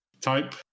type